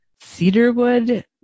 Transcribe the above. cedarwood